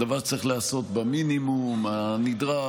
זה דבר שצריך להיעשות במינימום הנדרש,